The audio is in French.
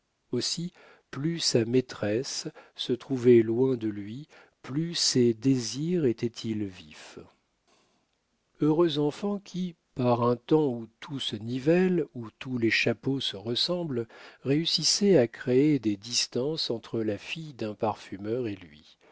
aussi plus sa maîtresse se trouvait loin de lui plus ses désirs étaient-ils vifs heureux enfant qui par un temps où tout se nivelle où tous les chapeaux se ressemblent réussissait à créer des distances entre la fille d'un parfumeur et lui